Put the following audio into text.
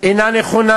אינה נכונה.